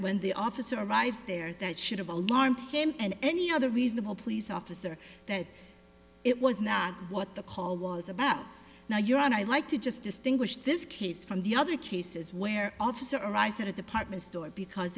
when the officer arrives there that should have alarmed him and any other reasonable police officer that it was not what the call was about now you're on i like to just distinguish this case from the other cases where officer arrives at a department store because